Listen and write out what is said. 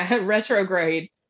Retrograde